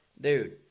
dude